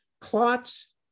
clots